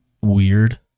weird